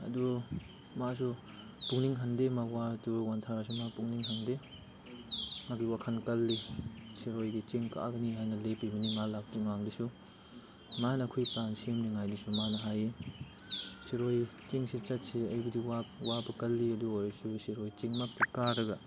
ꯑꯗꯨ ꯃꯥꯁꯨ ꯄꯨꯛꯅꯤꯡ ꯍꯟꯗꯦ ꯃꯥ ꯋꯥꯔꯁꯨ ꯋꯥꯟꯊꯥꯔꯁꯨ ꯃꯥ ꯄꯨꯛꯅꯤꯡ ꯍꯟꯗꯦ ꯃꯥꯒꯤ ꯋꯥꯈꯜ ꯀꯜꯂꯤ ꯁꯤꯔꯣꯏ ꯂꯤꯂꯤ ꯆꯤꯡ ꯀꯥꯒꯅꯤ ꯍꯥꯏꯅ ꯂꯦꯞꯄꯤꯕꯅꯤ ꯃꯥ ꯂꯥꯛꯇ꯭ꯔꯤ ꯀꯥꯟꯗꯁꯨ ꯃꯥꯅ ꯑꯩꯈꯣꯏ ꯄ꯭ꯂꯥꯟ ꯁꯦꯝꯂꯤꯉꯥꯏꯗꯁꯨ ꯃꯥꯅ ꯍꯥꯏꯌꯦ ꯁꯤꯔꯣꯏ ꯆꯤꯡꯁꯤ ꯆꯠꯁꯤ ꯑꯩꯕꯨꯗꯤ ꯋꯥꯕ ꯀꯜꯂꯤ ꯑꯗꯨ ꯑꯣꯏꯔꯁꯨ ꯁꯤꯔꯣꯏ ꯆꯤꯡ ꯃꯛꯇꯤ ꯀꯥꯔꯒ